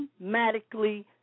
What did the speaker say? Automatically